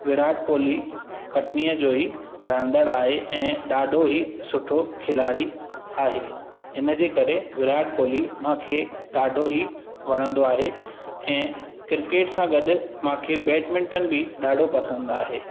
विराट कोहली कटनीअ जो ई रहंदड़ आहे ऐं ॾाढो ई सुठो खिलाड़ी आहे इन जे करे विराट कोहली मूंखे ॾाढो ई वणंदो आहे ऐं क्रिकेट सां गॾु मूंखे बैडमिंटन बि ॾाढो पसंदि आहे